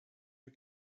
you